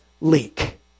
leak